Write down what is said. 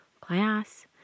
class